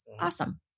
Awesome